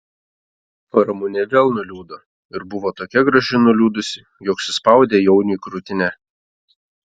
ramunė vėl nuliūdo ir buvo tokia graži nuliūdusi jog suspaudė jauniui krūtinę